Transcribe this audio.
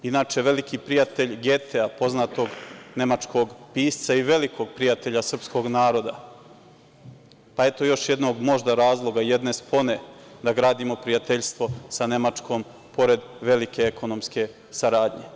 Vuk, inače veliki prijatelj Getea, poznatog nemačkog pisca i velikog prijatelja srpskog naroda, pa eto, još jednog možda razloga, jedne spone, da gradimo prijateljstvo sa Nemačkom, pored velike ekonomske saradnje.